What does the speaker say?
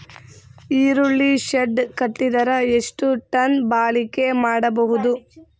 ಈರುಳ್ಳಿ ಶೆಡ್ ಕಟ್ಟಿದರ ಎಷ್ಟು ಟನ್ ಬಾಳಿಕೆ ಮಾಡಬಹುದು?